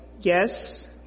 Yes